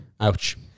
Ouch